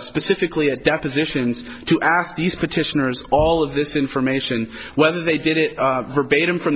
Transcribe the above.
specifically at depositions to ask these petitioners all of this information whether they did it verbatim from